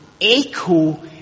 echo